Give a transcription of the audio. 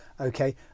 Okay